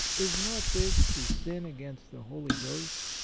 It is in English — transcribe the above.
is not this to sin against the holy ghost?